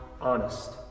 honest